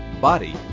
body